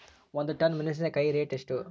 ಒಂದು ಟನ್ ಮೆನೆಸಿನಕಾಯಿ ರೇಟ್ ಎಷ್ಟು?